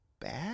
bad